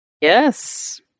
Yes